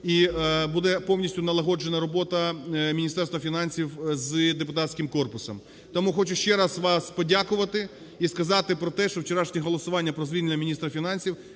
і буде повністю налагоджена робота Міністерства фінансів з депутатським корпусом. Тому хочу ще раз вас подякувати і сказати про те, що вчорашнє голосування про звільнення міністра фінансів